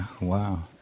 Wow